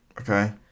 Okay